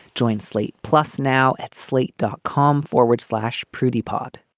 join slate plus now at slate dot com forward slash prudy pod